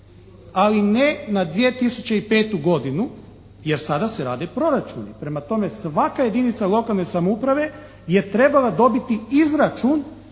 ali ne na 2005. godinu jer sada se rade proračuni. Prema tome, svaka jedinica lokalne samouprave je trebala dobiti izračun